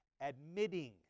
admitting